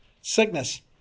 sickness